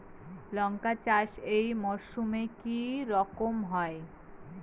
লঙ্কা চাষ এই মরসুমে কি রকম হয়?